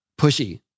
pushy